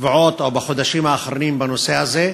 בשבועות או בחודשים האחרונים בנושא הזה,